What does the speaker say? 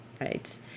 right